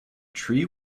tree